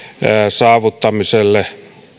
saavuttamiselle